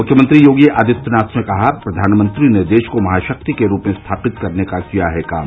मुख्यमंत्री योगी आदित्यनाथ ने कहा प्रघानमंत्री ने देश को महाशक्ति के रूप में स्थापित करने का किया है काम